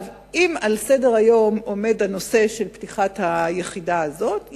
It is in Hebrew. אם על סדר-היום עומד הנושא של פתיחת היחידה הזאת,